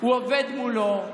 הוא עובד מולו,